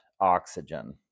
oxygen